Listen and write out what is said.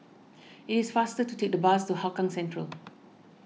it is faster to take the bus to Hougang Central